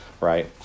right